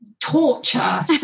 torture